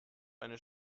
eine